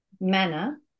manner